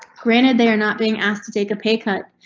granted they are not being asked to take a pay cut,